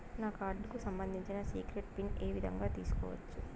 నా కార్డుకు సంబంధించిన సీక్రెట్ పిన్ ఏ విధంగా తీసుకోవచ్చు?